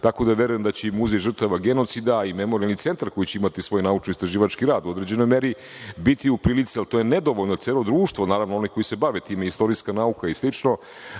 tako da verujem da će i Muzej žrtava genocida i Memorijalni centar koji će imati svoj naučno-istraživački rad u određenoj meri biti u prilici, ali to je nedovoljno. Celo društvo, naravno, oni koji se bave time, istorijska nauka i